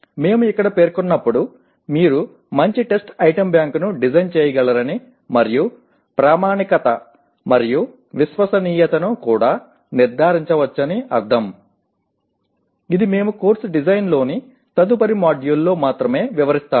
మేము ఇక్కడ పేర్కొన్నప్పుడు మీరు మంచి టెస్ట్ ఐటెమ్ బ్యాంక్ను డిజైన్ చేయగలరని మరియు ప్రామాణికత మరియు విశ్వసనీయతను కూడా నిర్ధారించవచ్చని అర్థం ఇది మేము కోర్సు డిజైన్లోని తదుపరి మాడ్యూల్లో మాత్రమే వివరిస్తాము